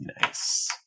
Nice